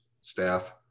staff